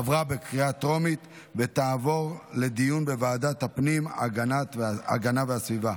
עברה בקריאה טרומית ותעבור לדיון בוועדת הפנים והגנת הסביבה.